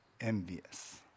envious